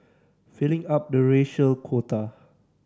filling up the racial quota